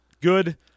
Good